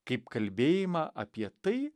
kaip kalbėjimą apie tai